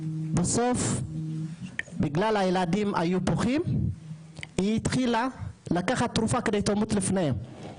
בסוף בגלל שהילדים בכו היא התחילה לקחת תרופה כדי שהיא תמות לפניהם,